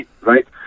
right